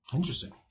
interesting